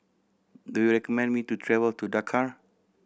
do you recommend me to travel to Dakar